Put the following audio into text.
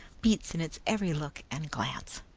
beats in its every look and glance.